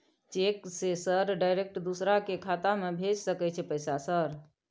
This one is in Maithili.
चेक से सर डायरेक्ट दूसरा के खाता में भेज सके छै पैसा सर?